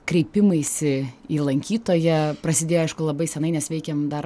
kreipimaisi į lankytoją prasidėjo aišku labai senai nes veikėm dar